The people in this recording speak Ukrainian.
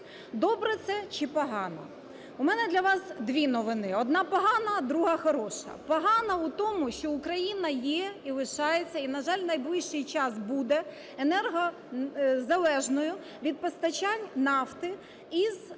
Добре це чи погано? У мене для вас 2 новини. Одна – погана, друга – хороша. Погана у тому, що Україна є і лишається, і, на жаль, найближчий час буде енергозалежною від постачань нафти із найближчих